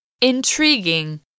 intriguing